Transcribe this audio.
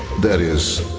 that is,